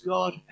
God